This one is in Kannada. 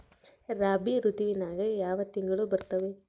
ರಾಬಿ ಋತುವಿನ್ಯಾಗ ಯಾವ ತಿಂಗಳು ಬರ್ತಾವೆ?